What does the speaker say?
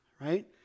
right